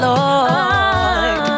Lord